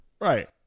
Right